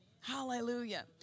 Hallelujah